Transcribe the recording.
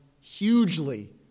hugely